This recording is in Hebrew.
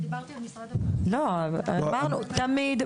תמיד,